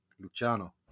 Luciano